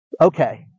Okay